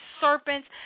serpents